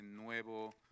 nuevo